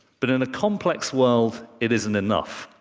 but in a complex world, it isn't enough.